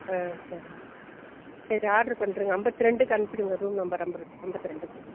ஆ சரிங்க சரி ஆட்ரு பண்ணிருங்க ஐம்பத்ரெண்டுக்கு அனுப்பிவிடுங்க ரூம் நம்பர் ஐம்பது ஐம்பத்ரெண்டுக்கு